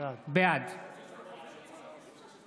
בעד מאיר כהן, נגד מתן כהנא,